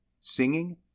singing